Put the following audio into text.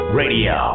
radio